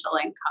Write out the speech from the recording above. income